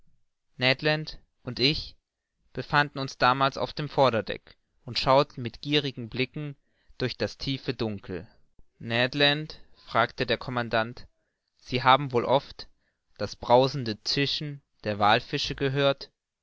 und ich befanden uns damals auf dem vorderdeck und schauten mit gierigen blicken durch das tiefe dunkel ned land fragte der commandant sie haben wohl oft das brausende zischen der wallfische gehört